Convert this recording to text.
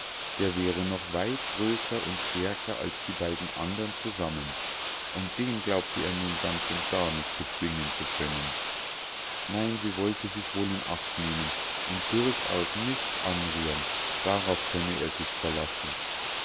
der wäre noch weit größer und stärker als die beiden andern zusammen und den glaubte er nun ganz und gar nicht bezwingen zu können nein sie wollte sich wohl in acht nehmen und durchaus nichts anrühren darauf könne er sich verlassen